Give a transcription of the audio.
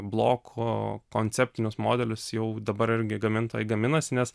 bloko konceptinius modelius jau dabar irgi gamintojai gaminasi nes